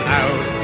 out